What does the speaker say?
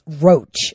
roach